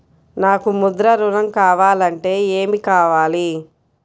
నాకు ముద్ర ఋణం కావాలంటే ఏమి కావాలి?